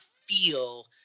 feel